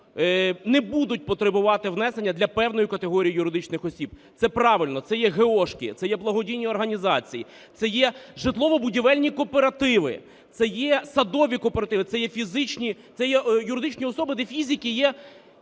не будуть потребувати внесення для певної категорії юридичних осіб. Це правильно, це є геошки, це є благодійні організації, це є житлово-будівельні кооперативи, це є садові кооперативи, це є фізичні… це є юридичні особи, де "фізики" є